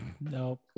no